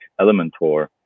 Elementor